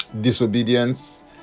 disobedience